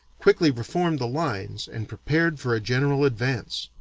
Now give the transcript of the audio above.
quickly reformed the lines and prepared for a general advance.